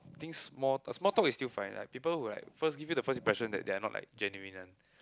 I think small a small talk is still fine people who like first give you the first impression that they are not like genuine one